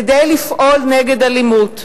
כדי לפעול נגד אלימות.